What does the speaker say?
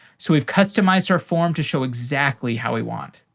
so we've customized our form to show exactly how we want.